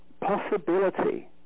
possibility